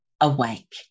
Awake